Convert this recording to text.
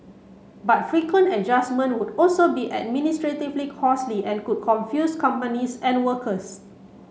but frequent adjustments would also be administratively costly and could confuse companies and workers